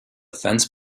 fence